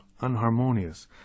unharmonious